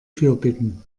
fürbitten